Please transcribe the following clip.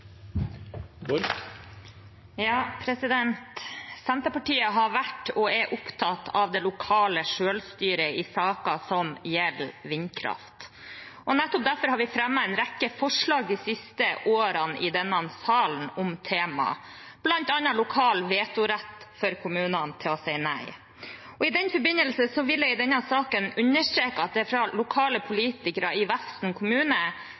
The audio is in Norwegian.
Senterpartiet har vært og er opptatt av det lokale selvstyret i saker som gjelder vindkraft. Nettopp derfor har vi fremmet en rekke forslag de siste årene i denne salen om temaet, bl.a. om lokal vetorett for kommunene til å si nei. I den forbindelse vil jeg i denne saken understreke at det fra lokale politikere i Vefsn kommune